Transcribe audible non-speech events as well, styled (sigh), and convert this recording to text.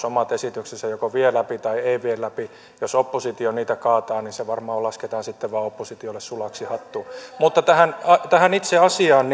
(unintelligible) omat esityksensä joko vie läpi tai ei vie läpi jos oppositio niitä kaataa niin se varmaan lasketaan sitten vain oppositiolle sulaksi hattuun mutta tähän itse asiaan (unintelligible)